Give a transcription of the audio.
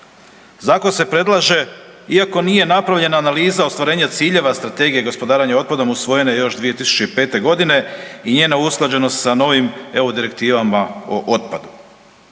Zakon se predlaže iako nije napravljena analiza ostvarenja ciljeva Strategije gospodarenja otpadom usvojena još 2005. g. i njene usklađenost sa novim EU direktivama o otpadu.